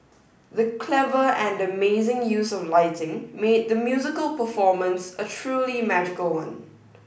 the clever and amazing use of lighting made the musical performance a truly magical one